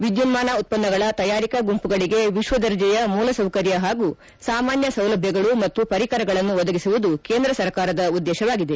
ವಿದ್ಯುನ್ಮಾನ ಉತ್ಪನ್ನಗಳ ತಯಾರಿಕಾ ಗುಂಪುಗಳಿಗೆ ವಿಶ್ವ ದರ್ಜೆಯ ಮೂಲಸೌಕರ್ಯ ಹಾಗೂ ಸಾಮಾನ್ಯ ಸೌಲಭ್ಯಗಳು ಮತ್ತು ಪರಿಕರಗಳನ್ನು ಒದಗಿಸುವುದು ಕೇಂದ್ರ ಸರ್ಕಾರದ ಉದ್ದೇಶವಾಗಿದೆ